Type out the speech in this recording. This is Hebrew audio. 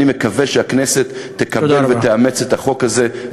אני מקווה שהכנסת תקבל ותאמץ את החוק הזה.